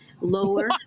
lower